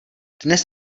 dnes